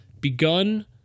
begun